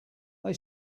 they